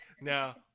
Now